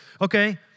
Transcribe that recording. Okay